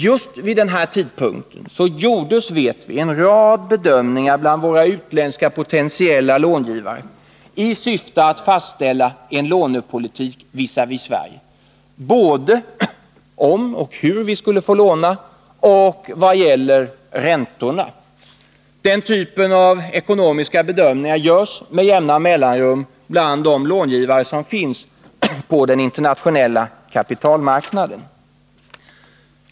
Just vid denna tidpunkt gjordes, vet vi, en rad bedömningar bland våra utländska potentiella långivare i syfte att fastställa en lånepolitik mot Sverige — både beträffande om och hur vi skulle få låna och om räntorna. Den typen av ekonomiska bedömningar görs med jämna mellanrum bland de långivare som finns på den internationella kapitalmarknaden.